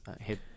hit